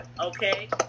okay